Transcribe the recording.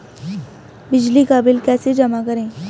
बिजली का बिल कैसे जमा करें?